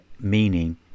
Meaning